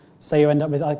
so you end um with. like